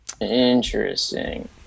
Interesting